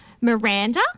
Miranda